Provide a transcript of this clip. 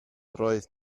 roedd